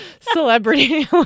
celebrity